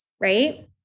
right